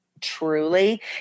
truly